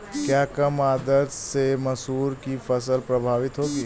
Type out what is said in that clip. क्या कम आर्द्रता से मसूर की फसल प्रभावित होगी?